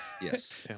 Yes